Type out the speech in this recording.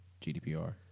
GDPR